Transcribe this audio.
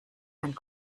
and